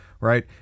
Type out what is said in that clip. Right